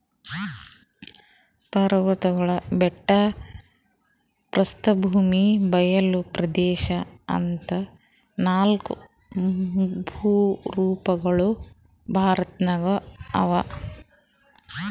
ಪರ್ವತ್ಗಳು ಬೆಟ್ಟ ಪ್ರಸ್ಥಭೂಮಿ ಬಯಲ್ ಪ್ರದೇಶ್ ಅಂತಾ ನಾಲ್ಕ್ ಭೂರೂಪಗೊಳ್ ಭಾರತದಾಗ್ ಅವಾ